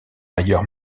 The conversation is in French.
ailleurs